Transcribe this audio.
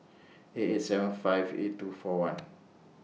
eight eight seven five eight two four one